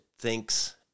thinks